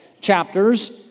chapters